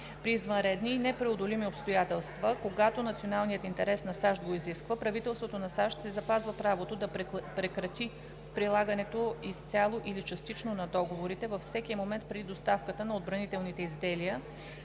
при извънредни и непреодолими обстоятелства, когато националният интерес на САЩ го изисква, правителството на САЩ си запазва правото да прекрати прилагането изцяло или частично на договорите във всеки момент преди доставката на отбранителните изделия